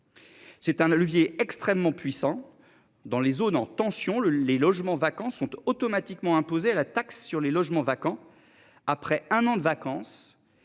C'est un levier extrêmement puissants dans les zones en tension le les logements vacants sont automatiquement imposer la taxe sur les logements vacants. Après un an de vacances